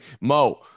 mo